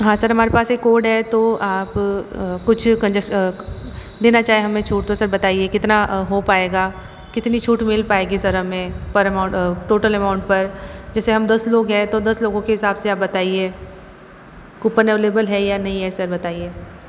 हाँ सर हमारे पास एक कोड है तो आप कुछ देना चाहे हमें छूट तो सर बताइए कितना हो पाएगा कितनी छूट मिल पाएगी सर हमें पर अमाउन्ट टोटल अमाउन्ट पर जैसे हम दस लोग है दस लोगों के हिसाब से आप बताइए कूपन अवेलेबल है या नहीं सर बताइए